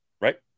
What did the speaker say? Right